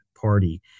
party